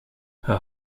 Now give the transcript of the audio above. her